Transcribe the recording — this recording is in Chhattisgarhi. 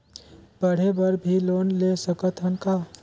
पढ़े बर भी लोन ले सकत हन का?